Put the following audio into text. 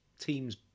team's